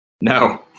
No